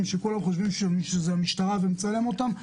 וכולם היו חושבים שהוא שייך למשטרה ושהוא מצלם אותם,